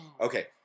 okay